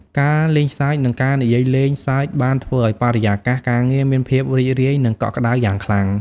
ការលេងសើចនិងការនិយាយលេងសើចបានធ្វើឲ្យបរិយាកាសការងារមានភាពរីករាយនិងកក់ក្តៅយ៉ាងខ្លាំង។